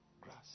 Grass